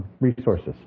resources